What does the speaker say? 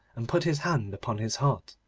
and put his hand upon his heart.